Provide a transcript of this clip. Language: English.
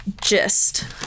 gist